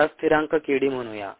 याला स्थिरांक kd म्हणूया